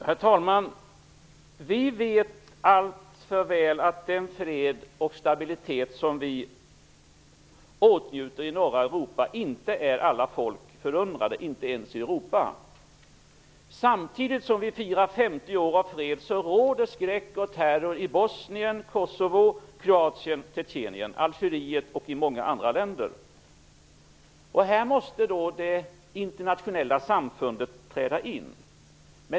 Herr talman! Vi vet alltför väl att den fred och stabilitet som vi åtnjuter i norra Europa inte är alla folk förunnad, inte ens i Europa. Samtidigt som vi firar 50 år av fred råder skräck och terror i Bosnien, Kosovo, Kroatien, Tjetjenien, Algeriet och många andra länder. Det internationella samfundet måste träda in.